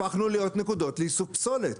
הפכנו להיות נקודות לאיסוף פסולת.